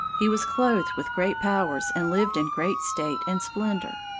he was clothed with great powers, and lived in great state and splendor.